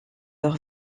leur